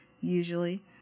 usually